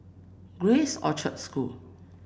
Grace Orchard School